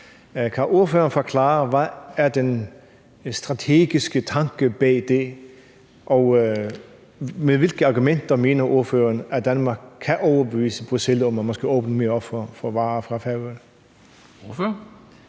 Kan ordføreren forklare, hvad den strategiske tanke bag det er? Og med hvilke argumenter mener ordføreren, at Danmark kan overbevise Bruxelles om, at man skal åbne mere op for varer fra Færøerne?